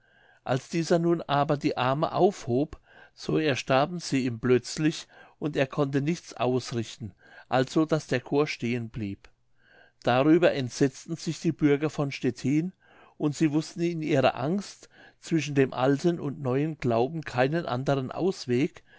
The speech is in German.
als dieser nun aber die arme aufhob so erstarben sie ihm plötzlich und er konnte nichts ausrichten also daß das chor stehen blieb darüber entsetzten sich die bürger von stettin und sie wußten in ihrer angst zwischen dem alten und neuen glauben keinen andern ausweg